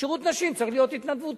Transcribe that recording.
שירות נשים צריך להיות התנדבותי.